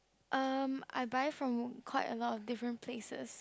um I buy from quite a lot of different places